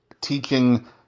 teaching